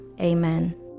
Amen